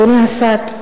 אדוני השר,